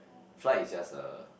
flight is just a